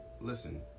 listen